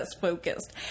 focused